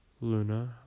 Luna